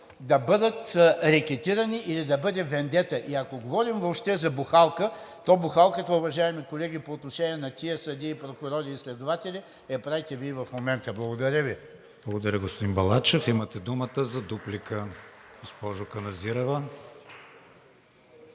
да бъдат рекетирани или да бъде вендета. Ако говорим въобще за бухалка, то бухалката, уважаеми колеги, по отношение на тези съдии, прокурори и следователи я правите Вие в момента. Благодаря Ви. ПРЕДСЕДАТЕЛ КРИСТИАН ВИГЕНИН: Благодаря, господин Балачев. Имате думата за дуплика, госпожо Каназирева.